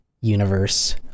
universe